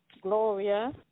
Gloria